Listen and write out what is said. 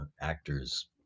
actors